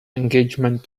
engagement